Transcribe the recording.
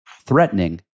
threatening